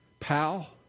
Pal